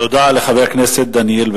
תודה לחבר הכנסת דניאל בן-סימון.